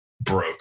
broke